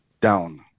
down